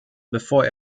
bevor